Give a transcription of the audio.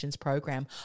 Program